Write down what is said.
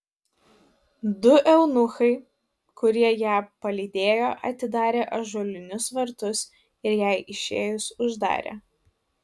du eunuchai kurie ją palydėjo atidarė ąžuolinius vartus ir jai išėjus uždarė